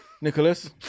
Nicholas